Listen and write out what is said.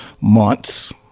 months